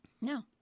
No